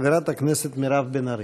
חברת הכנסת מירב בן ארי.